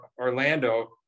Orlando